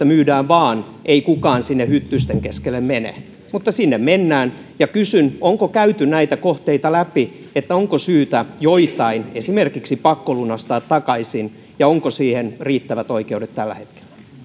myydään vaan ei kukaan sinne hyttysten keskelle mene mutta sinne mennään ja kysyn onko käyty näitä kohteita läpi onko syytä joitain esimerkiksi pakkolunastaa takaisin ja onko siihen riittävät oikeudet tällä hetkellä